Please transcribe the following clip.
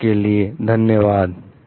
तब तक के लिए धन्यवाद